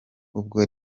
ubwo